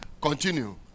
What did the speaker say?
Continue